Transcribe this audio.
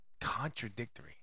contradictory